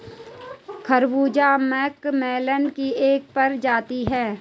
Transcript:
खरबूजा मस्कमेलन की एक प्रजाति है